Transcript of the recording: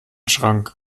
schrank